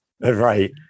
Right